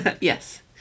Yes